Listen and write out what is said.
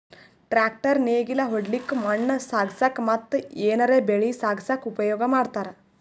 tractor ನೇಗಿಲ್ ಹೊಡ್ಲಿಕ್ಕ್ ಮಣ್ಣ್ ಸಾಗಸಕ್ಕ ಮತ್ತ್ ಏನರೆ ಬೆಳಿ ಸಾಗಸಕ್ಕ್ ಉಪಯೋಗ್ ಮಾಡ್ತಾರ್